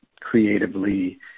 creatively